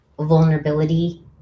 vulnerability